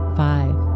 five